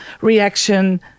reaction